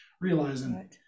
realizing